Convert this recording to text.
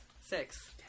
Six